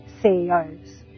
CEOs